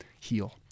heal